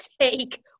take